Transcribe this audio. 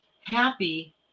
happy